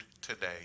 today